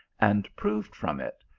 and proved from it,